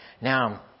Now